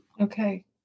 Okay